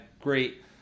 great